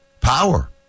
power